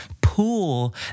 pool